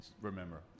remember